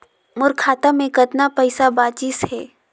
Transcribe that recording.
मोर खाता मे कतना पइसा बाचिस हे?